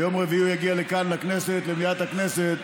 ביום רביעי הוא יגיע לכאן לכנסת, למליאת הכנסת,